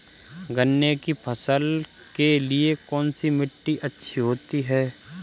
गन्ने की फसल के लिए कौनसी मिट्टी अच्छी होती है?